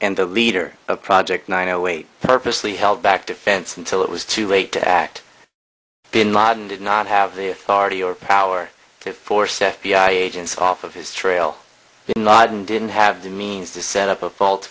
and the leader of project nine o eight purposely held back defense until it was too late to act bin laden did not have the authority or power to force f b i agents off of his trail bin laden didn't have the means to set up a fault